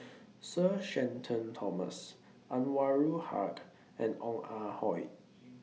Sir Shenton Thomas Anwarul Haque and Ong Ah Hoi